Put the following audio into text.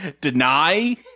deny